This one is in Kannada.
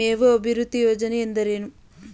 ಮೇವು ಅಭಿವೃದ್ಧಿ ಯೋಜನೆ ಎಂದರೇನು?